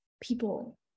people